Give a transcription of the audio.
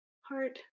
heart